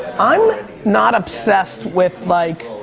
i'm not obsessed with like.